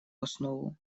основу